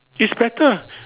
it's better